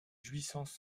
jouissances